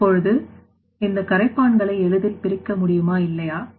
இப்பொழுது இந்த கரைப்பான் களை எளிதில் பிரிக்க முடியுமா இல்லையா